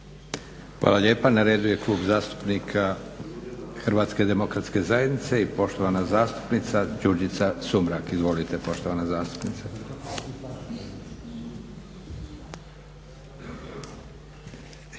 Hvala lijepa. Na redu je Klub zastupnika HDZ-a i poštovana zastupnica Đurđica Sumrak. Izvolite poštovana zastupnice.